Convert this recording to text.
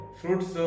fruits